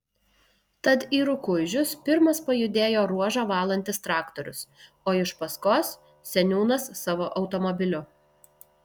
tad į rukuižius pirmas pajudėjo ruožą valantis traktorius o iš paskos seniūnas savo automobiliu